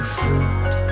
fruit